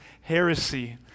heresy